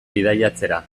bidaiatzera